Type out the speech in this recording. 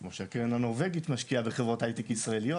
כמו שהקרן הנורבגית משקיעה בחברות הייטק ישראליות